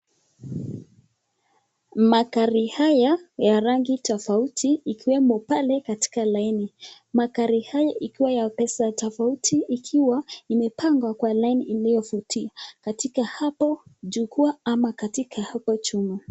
Magari haya ya rangi tofauti ikiwemo pale katika laini, magari haya huwa ya pesa tofauti ikiwa imepangwa kwa laini iliovutia hapo jukuwa ama hapo nyuma.